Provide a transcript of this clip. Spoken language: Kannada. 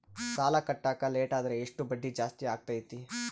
ಸಾಲ ಕಟ್ಟಾಕ ಲೇಟಾದರೆ ಎಷ್ಟು ಬಡ್ಡಿ ಜಾಸ್ತಿ ಆಗ್ತೈತಿ?